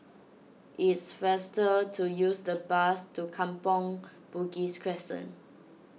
it's faster to take the bus to Kampong Bugis Crescent